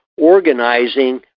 organizing